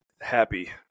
happy